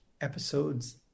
episodes